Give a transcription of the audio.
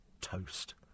toast